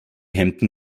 hemden